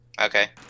okay